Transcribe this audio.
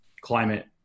climate